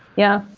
yeah.